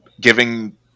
giving